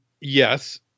yes